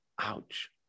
Ouch